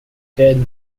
did